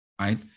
right